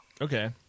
Okay